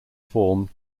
form